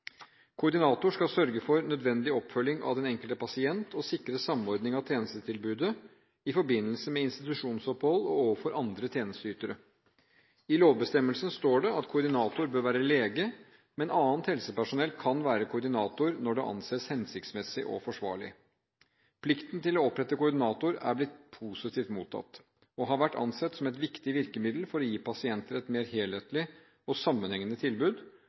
Koordinator skal sørge for nødvendig oppfølging av den enkelte pasient og sikre samordning av tjenestetilbudet i forbindelse med institusjonsopphold og overfor andre tjenesteytere. I lovbestemmelsen står det at koordinator bør være lege, men annet helsepersonell kan være koordinator når det anses hensiktsmessig og forsvarlig. Plikten til å opprette koordinator er blitt positivt mottatt og har vært ansett som et viktig virkemiddel for å gi pasienter et mer helhetlig og sammenhengende tilbud.